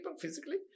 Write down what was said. physically